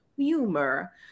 humor